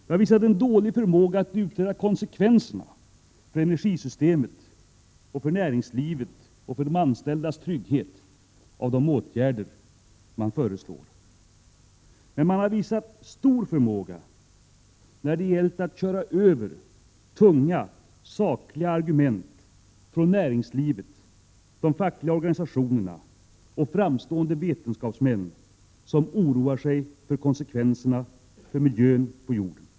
Man har visat dålig förmåga att utreda konsekvenserna för energisystemet, för näringslivet och för de anställdas trygghet av de åtgärder man föreslår. Men man har visat stor förmåga när det gällt att köra över tunga, sakliga argument från näringslivet, de fackliga organisationerna och framstående vetenskapsmän som oroar sig för konsekvenserna för miljön på jorden.